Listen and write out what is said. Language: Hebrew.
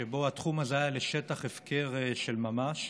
שבו התחום הזה היה לשטח הפקר של ממש,